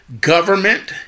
Government